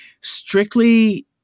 strictly